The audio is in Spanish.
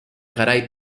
garay